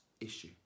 issue